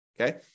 Okay